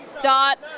Dot